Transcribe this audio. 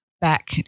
back